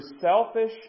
selfish